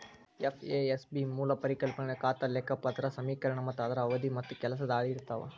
FASB ಮೂಲ ಪರಿಕಲ್ಪನೆಗಳ ಖಾತಾ ಲೆಕ್ಪತ್ರ ಸಮೇಕರಣ ಮತ್ತ ಅದರ ಅವಧಿ ಮತ್ತ ಕೆಲಸದ ಹಾಳಿ ಇರ್ತಾವ